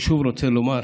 אני שוב רוצה לומר,